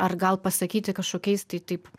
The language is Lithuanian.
ar gal pasakyti kažkokiais tai taip